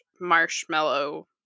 marshmallow